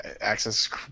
access